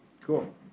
cool